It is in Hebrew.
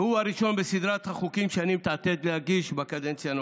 והוא הראשון בסדרת החוקים שאני מתעתד להגיש בקדנציה הנוכחית.